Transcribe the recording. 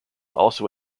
also